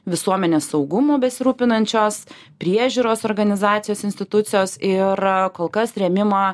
visuomenės saugumu besirūpinančios priežiūros organizacijos institucijos ir kol kas rėmimą